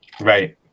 Right